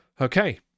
Okay